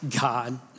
God